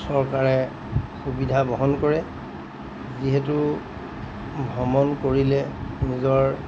চৰকাৰে সুবিধা বহন কৰে যিহেতু ভ্ৰমণ কৰিলে নিজৰ